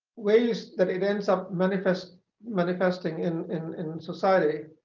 ways that it ends up manifesting manifesting in in society